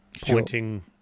pointing